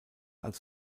als